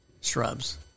shrubs